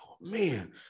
man